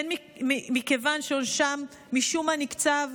הן מכיוון שעונשם משום מה נקצב,